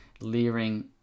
leering